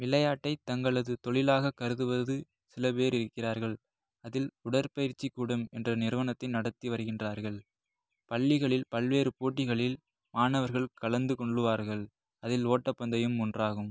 விளையாட்டை தங்களது தொழிலாக கருதுவது சில பேர் இருக்கிறார்கள் அதில் உடற்பயிற்சி கூடம் என்ற நிறுவனத்தை நடத்தி வருகின்றார்கள் பள்ளிகளில் பல்வேறு போட்டிகளில் மாணவர்கள் கலந்து கொள்ளுவார்கள் அதில் ஓட்டப்பந்தயம் ஒன்றாகும்